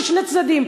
זה שני צדדים?